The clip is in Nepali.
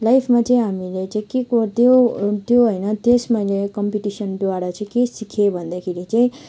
लाइफमा चाहिँ हामीले चाहिँ के कुरा त्यो त्यो होइन त्यो त्यस कम्पिटिसनद्वारा चाहिँ के सिकेँ भन्दाखेरि चाहिँ